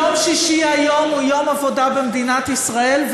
יום שישי היום הוא יום עבודה במדינת ישראל,